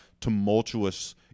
tumultuous